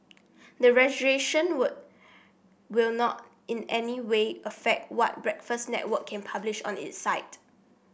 the registration will will not in any way affect what Breakfast Network can publish on its site